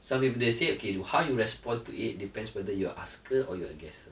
some people they said okay to how you respond to it depends whether you are asker or you are guesser